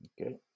Okay